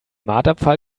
marterpfahl